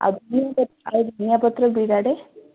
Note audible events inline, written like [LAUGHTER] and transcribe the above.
ଆଉ [UNINTELLIGIBLE] ଧନିଆ ପତ୍ର ବିଡ଼ାଟେ